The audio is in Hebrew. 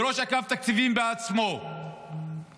וראש אגף התקציבים בעצמו אמר,